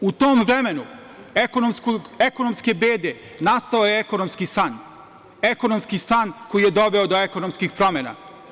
U tom vremenu ekonomske bede nastao je ekonomski san koji je doveo do ekonomskih promena.